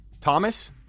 Thomas